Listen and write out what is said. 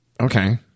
Okay